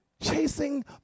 chasing